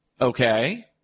Okay